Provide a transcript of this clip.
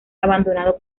abandonado